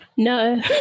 No